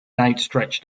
outstretched